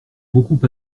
beaucoup